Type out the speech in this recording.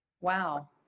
Wow